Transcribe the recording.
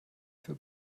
für